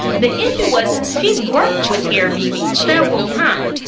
the issue was she's worked with hair vivi several times.